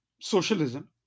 socialism